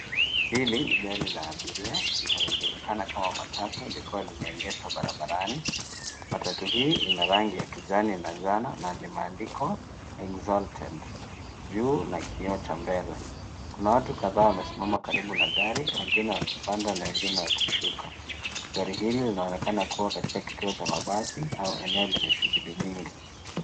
Hili ni gari la abiria linalojulikana kama matatu lilikuwa limeegeshwa barabarani. Matatu hii ina rangi ya kijani na njano na limeandikwa exalted juu na kioo cha mbele. Kuna watu kadhaa wamesimama karibu na gari wengine wakipanda na wengine wakishuka. Gari hilo linaonekana kuwa katika kituo cha mabasi au eneo lenye shughuli nyingi.